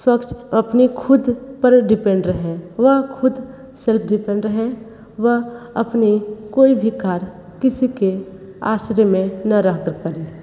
स्वच्छ अपने ख़ुद पर डिपेंड रहें वह ख़ुद सेल्फ डिपेंड रहें वह अपने कोई भी कार्य किसी के आश्रय में न रह कर करे